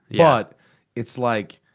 yeah but it's like.